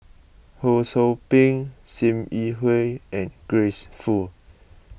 Ho Sou Ping Sim Yi Hui and Grace Fu